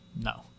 No